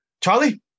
Charlie